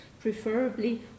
preferably